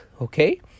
Okay